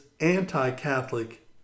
anti-Catholic